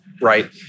right